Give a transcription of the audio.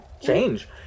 change